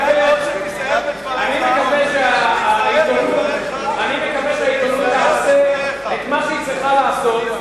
אני מקווה שהעיתונות תעשה את מה שהיא צריכה לעשות,